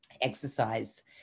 exercise